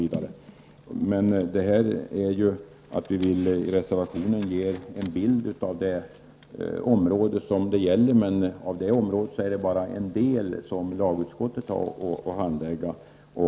Vi reservanter har velat ge en bild av förhållandena på det aktuella området. Men det är bara en del av det området som lagutskottet har att handlägga.